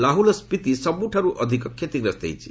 ଲାହୁଲ୍ ଓ ସ୍ୱିତି ସବୁଠାରୁ ଅଧିକ କ୍ଷତିଗ୍ରସ୍ତ ହୋଇଛି